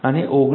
0 પણ છે